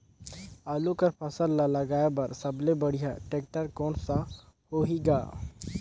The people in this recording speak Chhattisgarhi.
आलू कर फसल ल लगाय बर सबले बढ़िया टेक्टर कोन सा होही ग?